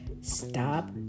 stop